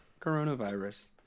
coronavirus